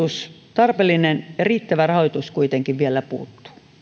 tarpeellinen riittävä rahoitus kuitenkin vielä puuttuu